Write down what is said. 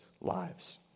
lives